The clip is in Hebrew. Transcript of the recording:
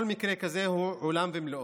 כל מקרה כזה הוא עולם ומלואו.